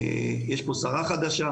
יש פה שרה חדשה,